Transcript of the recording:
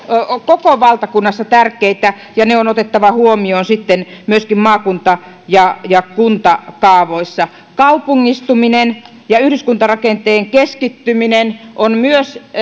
koko valtakunnassa tärkeitä ja ne on otettava huomioon myöskin maakunta ja ja kuntakaavoissa kaupungistuminen ja yhdyskuntarakenteen keskittyminen on myös